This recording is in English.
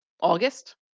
August